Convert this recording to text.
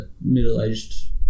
middle-aged